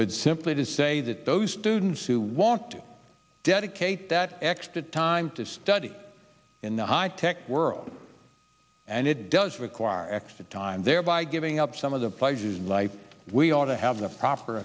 but simply to say that those students who want to dedicate that extra time to study in the high tech world and it does require extra time thereby giving up some of the pleasures of life we ought to have the proper